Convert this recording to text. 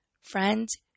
Friends